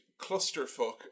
clusterfuck